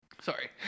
sorry